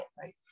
right